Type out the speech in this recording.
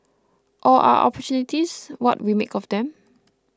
or are opportunities what we make of them